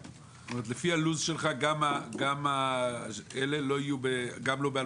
לפי הלו"ז שלך החוקרים הללו לא יהיו ב-2023?